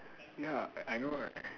ya I know right